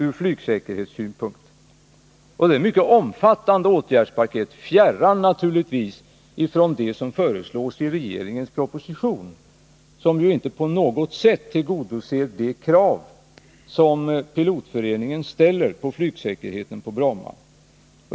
Det är ett mycket omfattande åtgärdspaket, fjärran från det som föreslås i regeringens proposition, som inte på något sätt tillgodoser de krav som Pilotföreningen ställer på flygsäkerheten på Bromma.